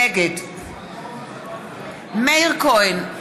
נגד מאיר כהן,